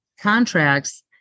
contracts